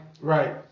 Right